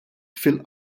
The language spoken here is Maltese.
fil